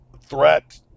threat